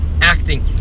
acting